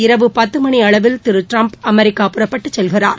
இரவு பத்து மணி அளவில் திரு ட்ரம்ப் அமெரிக்கா புறப்பட்டுச் செல்கிறார்